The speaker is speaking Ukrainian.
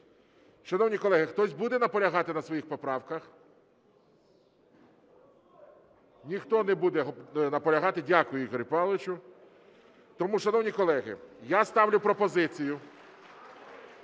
Шановні колеги, хтось буде наполягати на своїх поправках? Ніхто не буде наполягати. Дякую, Ігорю Павловичу. Тому, шановні колеги, я ставлю пропозицію